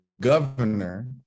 governor